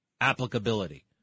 applicability